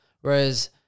Whereas